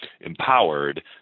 empowered